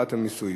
הגבלת מיסוי).